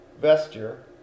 vesture